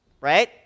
right